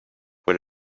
with